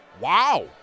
Wow